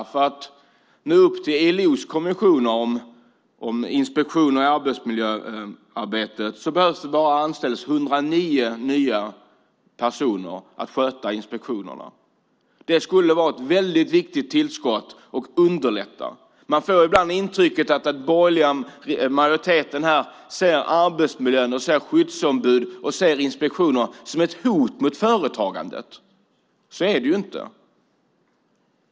För att vi ska nå upp till ILO:s konventioner om inspektioner i arbetsmiljöarbetet behövs det bara anställas 109 nya personer att sköta inspektionerna. Det skulle vara ett väldigt viktigt tillskott och underlätta. Man får ibland intrycket att den borgerliga majoriteten ser arbetsmiljön, skyddsombud och inspektioner som ett hot mot företagandet. Så är det inte.